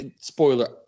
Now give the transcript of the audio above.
spoiler